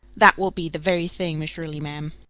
that will be the very thing, miss shirley, ma'am,